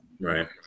Right